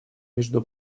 между